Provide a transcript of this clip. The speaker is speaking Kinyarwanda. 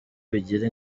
bigira